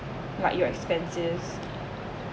like your expenses